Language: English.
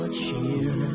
cheer